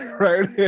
right